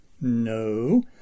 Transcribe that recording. No